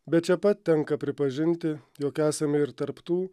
bet čia pat tenka pripažinti jog esame ir tarp tų